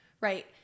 right